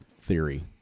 theory